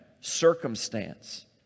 circumstance